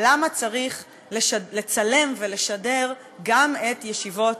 למה צריך לצלם ולשדר גם את ישיבות